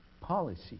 policy